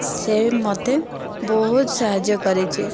ସେ ମୋତେ ବହୁତ ସାହାଯ୍ୟ କରିଛି